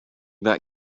that